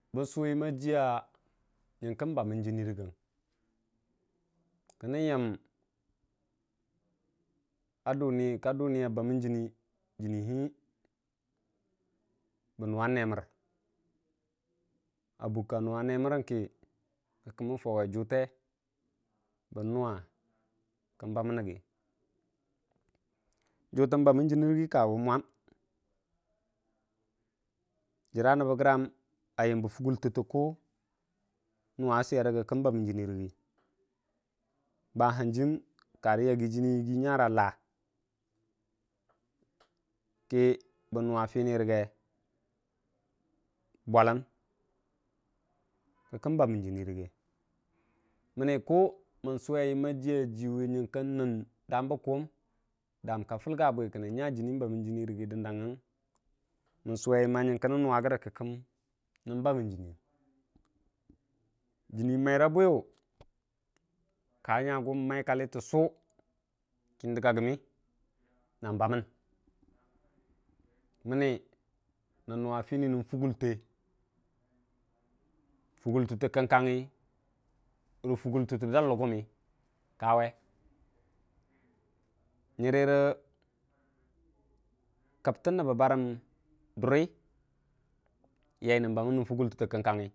bən suwe yəm a jəya nyənkə bammən jənni rəgən kənən yəm kadu m a bamən jənni bə nəngnga nemər, abukka nuwa nemərəng kə kəmən Fauwe juute bən bamən rəgə juutən bamən jənni rəgə kawu mwam jərra nabbəgram a yəmbə fuugəltətə ku n'bamən jənni rəgə bahanjəm kare yaggi jənni nya ra laa kə kə bawsu jənni mən buu mo bwalən, kə kən bamən məni k mən suwe yəm a juya nəm dambə kuuwum nyəng kə nən nuua rəgə kə kəndu bamən jənnəu janni waira bwiyə ka nyagu n'wa kallə təssu kaku bamən mənni nəng nuwa fəni nən fugulte tə kən- kangugi re fugultəttə dan lugummə, nyirə rə kəbtə nəbbə barəm durə ya nən bamən nən fulgultətə kəngkangngi.